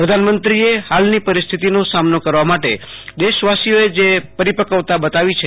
પ્રધાનમંત્રીએ હાલની પરિસ્થિતિનો સામનો કરવા માટે દેશવાસીઓએ જે પરિપકવતા બતાવી છે